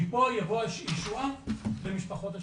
מפה תבוא הישועה למשפחות השכולות.